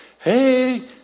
hey